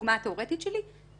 הדוגמה התאורטית שלי,